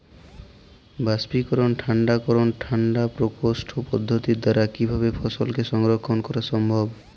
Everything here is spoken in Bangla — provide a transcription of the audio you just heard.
বাষ্পীকরন ঠান্ডা করণ ঠান্ডা প্রকোষ্ঠ পদ্ধতির দ্বারা কিভাবে ফসলকে সংরক্ষণ করা সম্ভব?